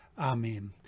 Amen